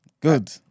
Good